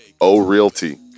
O-Realty